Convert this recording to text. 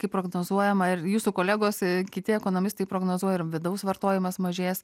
kaip prognozuojama ir jūsų kolegos ir kiti ekonomistai prognozuoja vidaus vartojimas mažės